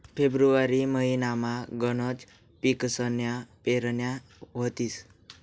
February महिनामा गनच पिकसन्या पेरण्या व्हतीस